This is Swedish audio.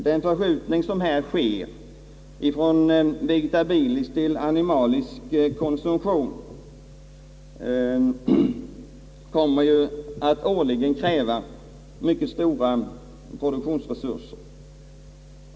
Den förskjutning som här sker från vegetabilisk till animalisk konsumtion kommer att årligen kräva mycket stora produktionsresurser.